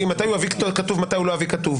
מתי הוא יביא כתוב, מתי הוא לא יביא כתוב.